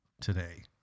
today